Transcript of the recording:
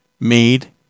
made